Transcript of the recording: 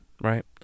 right